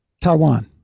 Taiwan